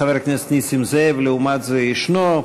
חבר הכנסת נסים זאב, לעומת זה, ישנו.